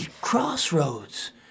Crossroads